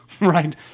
right